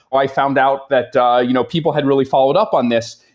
i found out that you know people had really followed up on this.